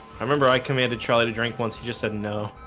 i remember i commanded charlie to drink once he just doesn't know